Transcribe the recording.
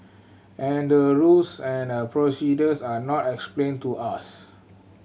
and the rules and procedures are not explained to us